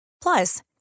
Plus